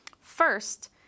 First